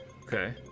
Okay